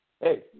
Hey